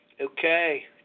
Okay